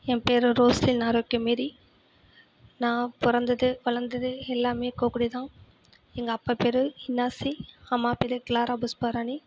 என் பேர் Roslin Arokia Mary நான் பிறந்தது வளர்ந்தது எல்லாமே கோக்குடிதான் எங்கள் அப்பா பேர் இன்னாசி அம்மா பேரு கிளாரா புஷ்பாராணி